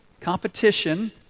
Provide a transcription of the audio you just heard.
competition